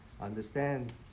understand